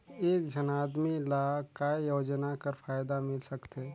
एक झन आदमी ला काय योजना कर फायदा मिल सकथे?